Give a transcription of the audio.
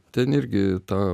ten irgi ta